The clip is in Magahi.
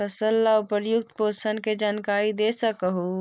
फसल ला उपयुक्त पोषण के जानकारी दे सक हु?